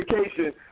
education